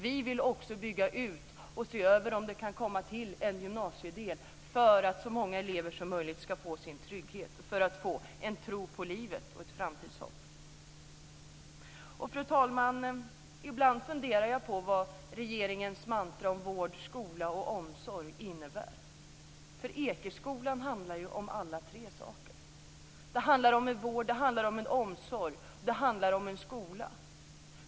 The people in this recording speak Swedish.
Vi vill också bygga ut och se över om det kan komma till en gymnasiedel för att så många elever som möjligt ska få sin trygghet, en tro på livet och ett framtidshopp. Fru talman! Ibland funderar jag på vad regeringens mantra om vård, skola och omsorg innebär, för Ekeskolan handlar ju om alla tre sakerna. Det handlar om en vård, det handlar om en omsorg, det handlar om en skola.